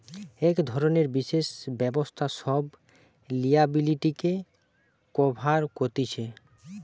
এক ধরণের বিশেষ ব্যবস্থা সব লিয়াবিলিটিকে কভার কতিছে